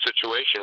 situation